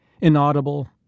inaudible